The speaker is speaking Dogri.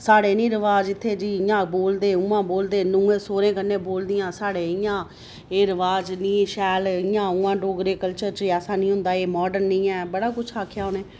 साढ़े नी रवाज इत्थै जी इ'यां बोलदे उ'आं बोलदे नूं'आं सौह्रे कन्नै बोलदियां साढ़े इ'यां एह् रवाज नीं शैल इ'यां उ'आं डोगरे कल्चर च ऐसा नीं होंदा एह् माडर्न नेईं ऐ बड़ा कुश आखेआ उ'नें